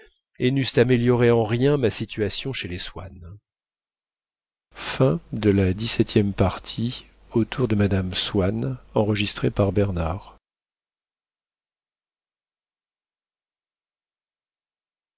et n'eussent amélioré en rien ma situation chez les swann si